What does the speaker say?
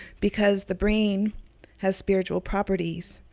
because the brain has spiritual properties,